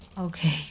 Okay